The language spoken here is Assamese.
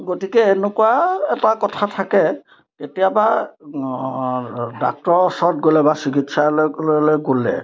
গতিকে এনেকুৱা এটা কথা থাকে কেতিয়াবা ডাক্তৰৰ ওচৰত গ'লে বা চিকিৎসালয়লৈ গ'লে